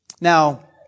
Now